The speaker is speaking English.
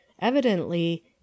evidently